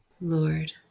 Lord